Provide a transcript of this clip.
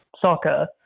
soccer